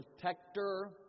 protector